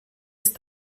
ist